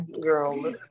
girl